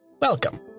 Welcome